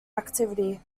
activity